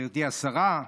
גברתי השרה.